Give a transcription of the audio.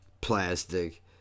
Plastic